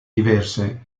diverse